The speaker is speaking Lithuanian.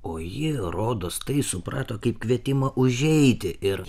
o ji rodos tai suprato kaip kvietimą užeiti ir